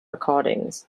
recordings